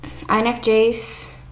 INFJs